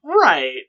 Right